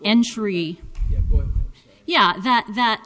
entry yeah that that